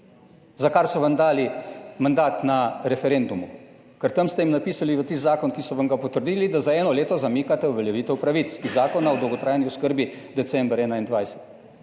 za kar so vam dali mandat na referendumu, ker tam ste jim napisali, v tisti zakon, ki so vam ga potrdili, da za eno leto zamikate uveljavitev pravic iz Zakona o dolgotrajni oskrbi december 2021.